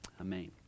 Amen